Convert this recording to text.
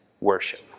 worship